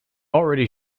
already